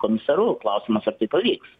komisaru klausimas ar tai pavyks